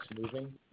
moving